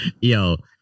yo